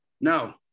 No